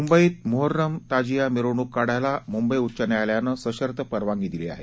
मुंबईत मोहर्रम ताजिया मिरवणूक काढायला मुंबई उच्च न्यायालयानं सशर्त परवानगी दिली आहे